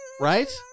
right